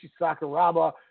Sakuraba